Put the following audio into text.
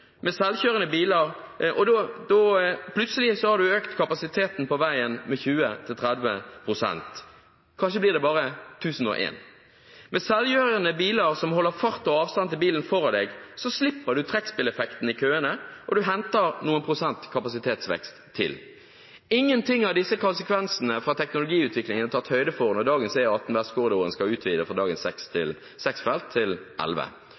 med 1001, 1002. Plutselig har du økt kapasiteten på veien med 20–30 pst. Kanskje blir det bare 1001. Med selvkjørende biler som holder fart og avstand til bilen foran deg, slipper du trekkspilleffekten i køene, og du henter noen prosent kapasitetsvekst til. Ingen av disse konsekvensene av teknologiutvikling er tatt høyde for når dagens E18 Vestkorridoren skal utvides fra dagens seks felt til elleve.